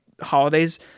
holidays